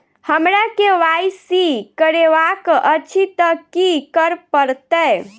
हमरा केँ Y C करेवाक अछि तऽ की करऽ पड़तै?